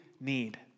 need